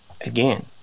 Again